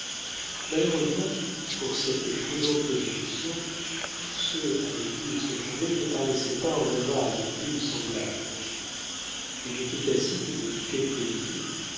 malheureusement pour cette prudente résolution tous ceux avec qui il se trouvait ne paraissaient pas en avoir adopté une semblable il n'était assis que depuis quelques minutes